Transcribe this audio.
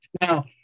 Now